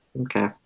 Okay